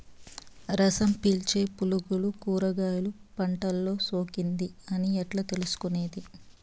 రసం పీల్చే పులుగులు కూరగాయలు పంటలో సోకింది అని ఎట్లా తెలుసుకునేది?